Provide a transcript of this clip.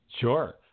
sure